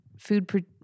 food